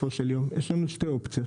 יש לנו שתי אופציות.